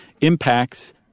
impacts